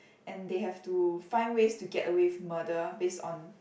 and they have to find ways to get away with murder based on